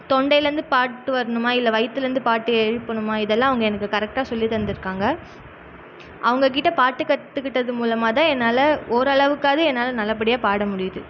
தொண்டைலந்து பாட்டு வர்ணுமா இல்லை வைத்துலந்து பாட்டு எழுப்பணுமா இதெல்லாம் அவங்க எனக்கு கரெக்டாக சொல்லி தந்துயிருக்காங்க அவங்க கிட்ட பாட்டு கத்துகிட்டது மூலமாதான் என்னால ஓரளவுக்குகாது என்னால் நல்லாபடியாக பாட முடியிது